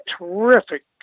terrific